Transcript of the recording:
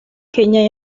kenya